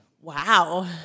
Wow